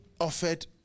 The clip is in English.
offered